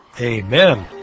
amen